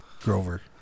Grover